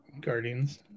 guardians